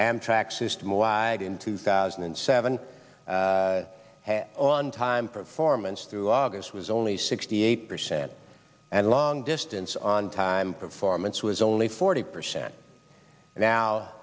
amtrak system wide in two thousand and seven on time performance through august was only sixty eight percent and long distance on time performance was only forty